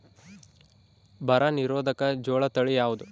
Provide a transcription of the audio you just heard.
ಬರ ನಿರೋಧಕ ಜೋಳ ತಳಿ ಯಾವುದು?